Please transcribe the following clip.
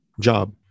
job